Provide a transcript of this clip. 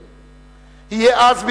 וכישראלים יהיה אז,